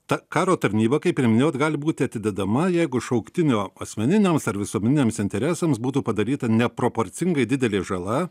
ta karo tarnyba kaip ir minėjot gali būti atidedama jeigu šauktinio asmeniniams ar visuomeniniams interesams būtų padaryta neproporcingai didelė žala